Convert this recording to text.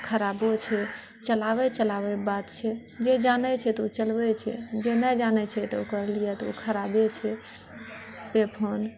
खराबो छै चलाबै चलाबैके बात छिऐ जे जानै छै तऽ ओ चलबै छै जे नहि जानै छै तऽ ओकर लिअऽ तऽ ओ खराबे छै पे फोन